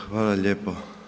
Hvala lijepo.